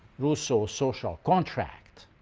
rousseau's social contract.